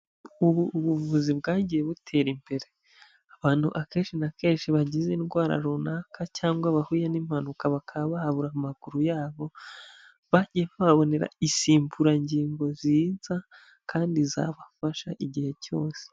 Ubu ubuvuzi bwagiye butera imbere. Abantu akenshi na kenshi bagize indwara runaka cyangwa bahuye n'impanuka bakaba babura amaguru yabo, bajyiye bababonera insimburangingo nziza kandi zabafasha igihe cyose.